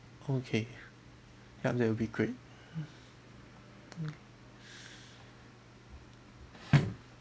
okay yup that will be great